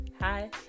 hi